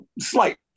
Slight